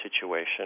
situation